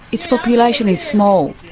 its population is small.